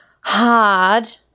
hard